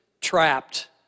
trapped